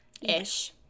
Ish